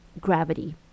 gravity